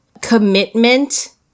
commitment